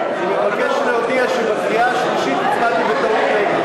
אני מבקש להודיע שבקריאה שלישית הצבעתי בטעות נגד.